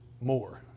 more